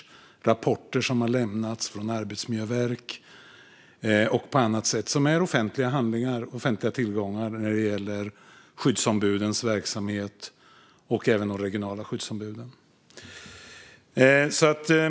Det är rapporter som har lämnats från arbetsmiljöverk och på annat sätt. De är offentliga handlingar och offentliga tillgångar när det gäller skyddsombudens och de regionala skyddsombudens verksamhet.